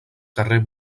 carrer